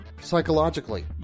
psychologically